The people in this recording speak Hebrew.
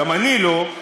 גם אני לא,